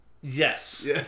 yes